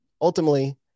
ultimately